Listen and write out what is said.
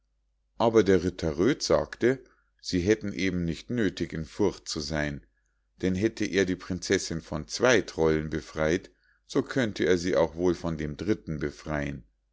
aber der ritter röd sagte sie hätten eben nicht nöthig in furcht zu sein denn hätte er die prinzessinn von zwei trollen befrei't so könnte er sie auch wohl von dem dritten befreien